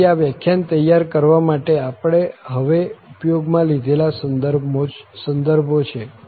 તેથી આ વ્યાખ્યાન તૈયાર કરવા માટે આપણે હવે ઉપયોગમાં લીધેલા સંદર્ભો છે